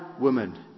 woman